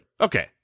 Okay